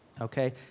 okay